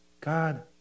God